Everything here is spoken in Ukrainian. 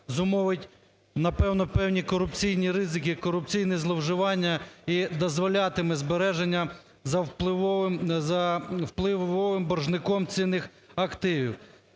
зумовить, напевно, певні корупційні ризики, корупційні зловживання і дозволятиме збереження за впливовим боржником цінних активів.